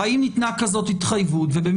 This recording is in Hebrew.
האם ניתנה התחייבות כזאת?